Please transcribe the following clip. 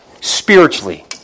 Spiritually